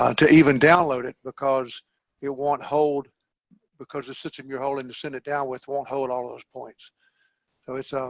ah to even download it because it won't hold because the system you're holding to send it down with won't hold all those points so it's um,